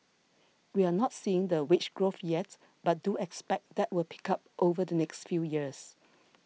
we're not seeing the wage growth yet but do expect that will pick up over the next few years